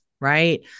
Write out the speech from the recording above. right